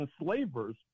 enslavers